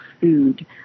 Food